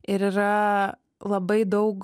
ir yra labai daug